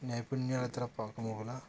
నైపుణ్యాలతర పాకు మహల